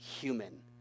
human